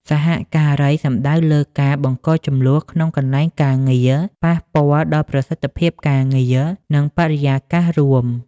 សហការីសំដៅលើការ បង្កជម្លោះក្នុងកន្លែងការងារ ប៉ះពាល់ដល់ប្រសិទ្ធភាពការងារ និងបរិយាកាសរួម។